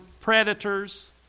predators